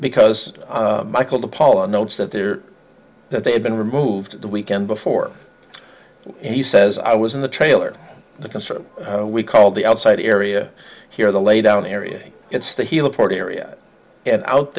because michael pollan notes that there that they had been removed the weekend before and he says i was in the trailer the concern we called the outside area here the laydown area it's the heliport area and out